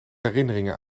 herinneringen